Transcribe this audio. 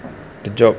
the job